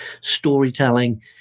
storytelling